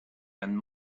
and